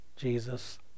Jesus